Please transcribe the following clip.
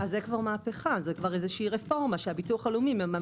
זה מהפכה, רפורמה שהביטוח הלאומי.